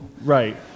Right